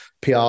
PR